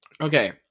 Okay